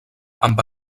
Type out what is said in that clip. amb